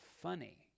funny